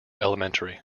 elementary